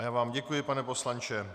Já vám děkuji, pane poslanče.